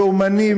לאומני,